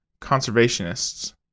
conservationists